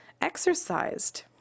exercised